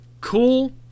cool